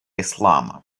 ислама